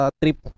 trip